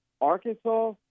Arkansas